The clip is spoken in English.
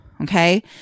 Okay